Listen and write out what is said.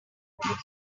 gives